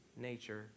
nature